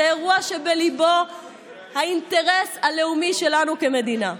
זה אירוע שבליבו האינטרס הלאומי שלנו כמדינה.